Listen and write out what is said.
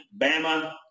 Bama